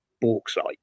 bauxite